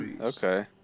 Okay